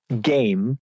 game